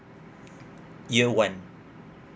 year one